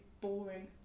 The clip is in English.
boring